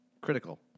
Critical